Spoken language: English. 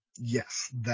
yes